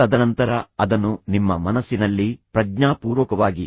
ತದನಂತರ ಅದನ್ನು ನಿಮ್ಮ ಮನಸ್ಸಿನಲ್ಲಿ ಪ್ರಜ್ಞಾಪೂರ್ವಕವಾಗಿ ಇರಿಸಿಕೊಳ್ಳಲು ಪ್ರಯತ್ನಿಸಿ